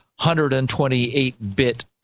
128-bit